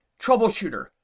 troubleshooter